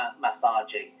massaging